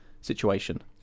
situation